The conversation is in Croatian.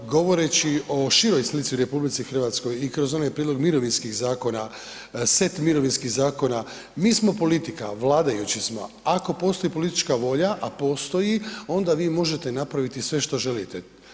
Govoreći o široj slici u RH i kroz onaj prijedlog mirovinskih zakona, set mirovinskih zakona, mi smo politika, vladajući smo, ako postoji politička volja, a postoji, onda vi možete napraviti sve što želite.